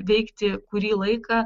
veikti kurį laiką